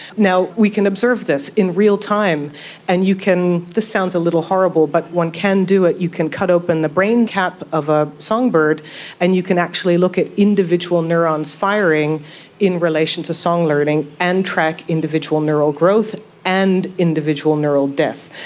we can observe this in real time and you can, this sounds a little horrible but one can do it, you can cut open the brain cap of a songbird and you can actually look at individual neurons firing in relation to song learning and track individual neural growth and individual neural death.